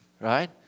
right